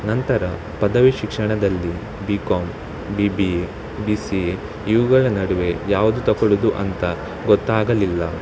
ನಂತರ ಪದವಿ ಶಿಕ್ಷಣದಲ್ಲಿ B com B B A B C A ಇವುಗಳ ನಡುವೆ ಯಾವುದು ತೊಗೊಳ್ಳುದು ಅಂತ ಗೊತ್ತಾಗಲಿಲ್ಲ